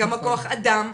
כמה כוח אדם?